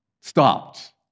stopped